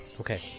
Okay